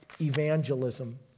evangelism